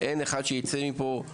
אין ספק שגן ילדים ברהט,